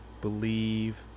believe